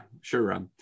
Sure